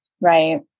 right